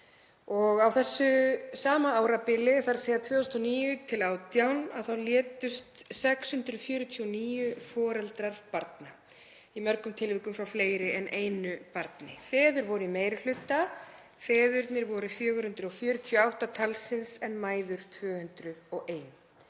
Á þessu sama árabili, þ.e. 2009–2018, þá létust 649 foreldrar barna, í mörgum tilvikum frá fleiri en einu barni. Feður voru í meiri hluta, þeir voru 448 talsins en mæður 201.